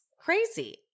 crazy